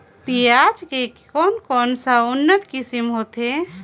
पियाज के कोन कोन सा उन्नत किसम होथे?